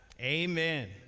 Amen